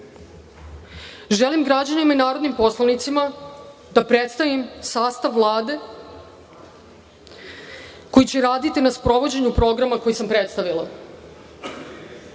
građanima i narodnim poslanicima da predstavim sastav Vlade koji će raditi na sprovođenju programa koji sam predstavila: